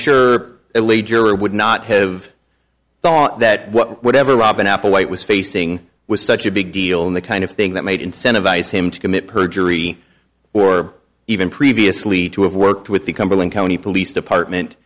juror would not have thought that whatever robin applewhite was facing was such a big deal and the kind of thing that made incentivize him to commit perjury or even previously to have worked with the cumberland county police department